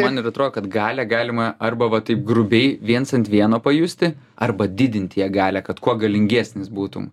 man ir atrodo kad galią galima arba va taip grubiai viens ant vieno pajusti arba didint ją galią kad kuo galingesnis būtum